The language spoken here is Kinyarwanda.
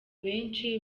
benshi